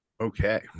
okay